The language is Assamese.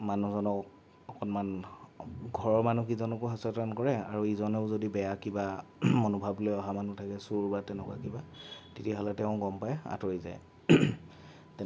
মানুহজনক অকণমান ঘৰৰ মানুহকিজনকো সচেতন কৰে আৰু ইজনেও যদি বেয়া কিবা মনোভাৱ লৈ অহা মানুহ থাকে চোৰ বা তেনেকুৱা তেতিয়াহ'লে তেওঁ গম পাই আতঁৰি যায় তেনেকুৱা